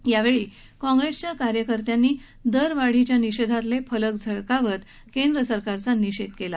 यावेळी काँग्रेसच्या कार्यकर्त्यांनी दरवाढीविरोधातले फलक झळकावत केंद्र सरकारचा निषेध केला